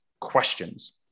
questions